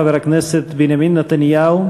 חבר הכנסת בנימין נתניהו,